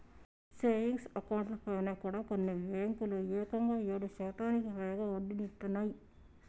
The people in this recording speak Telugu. సేవింగ్స్ అకౌంట్లపైన కూడా కొన్ని బ్యేంకులు ఏకంగా ఏడు శాతానికి పైగా వడ్డీనిత్తన్నయ్